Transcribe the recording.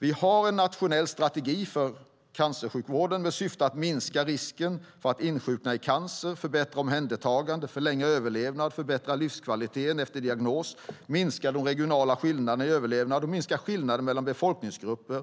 Vi har en nationell strategi för cancersjukvården med syfte att minska risken att insjukna i cancer, förbättra omhändertagandet, förlänga överlevnaden och förbättra livskvaliteten efter diagnos, minska regionala skillnader i överlevnad och minska skillnader mellan befolkningsgrupper